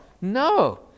No